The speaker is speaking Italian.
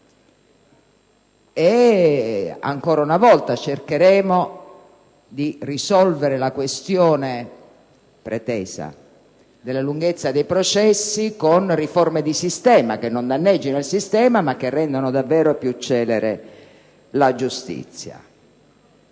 ed ancora una volta cercheremo di risolvere la questione (pretesa) della lunghezza dei processi con riforme di sistema che non la danneggino, ma che rendano davvero più celere la giustizia.